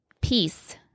Peace